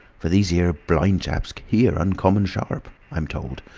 for these here blind chaps hear uncommon sharp, i'm told.